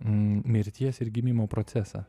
mirties ir gimimo procesą